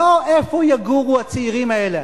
לא איפה יגורו הצעירים האלה,